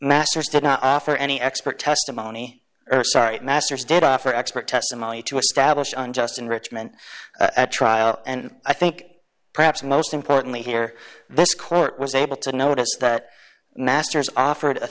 masters did not offer any expert testimony or sorry masters did offer expert testimony to establish unjust enrichment at trial and i think perhaps most importantly here this court was able to notice that masters offered a